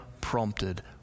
prompted